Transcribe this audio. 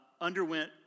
underwent